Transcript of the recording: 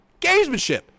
Gamesmanship